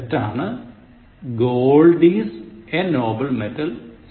Gold is a noble metal ശരി